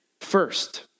first